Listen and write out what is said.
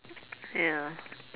ya